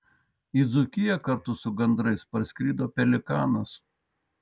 į dzūkiją kartu su gandrais parskrido pelikanas